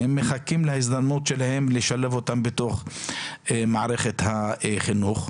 והם מחכים להזדמנות שלהם לשלב אותם בתוך מערכת החינוך.